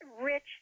rich